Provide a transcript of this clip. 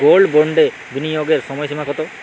Gold বন্ডে বিনিয়োগের সময়সীমা কতো?